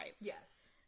Yes